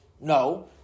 No